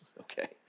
Okay